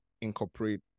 incorporate